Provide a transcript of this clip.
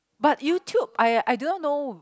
but YouTube I I didn't know